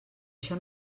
això